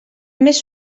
més